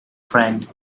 friend